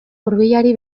hurbilari